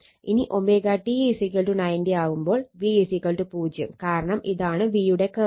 ഇനി ω t 90° ആവുമ്പോൾ V 0 കാരണം ഇതാണ് V യുടെ കർവ്